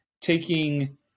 taking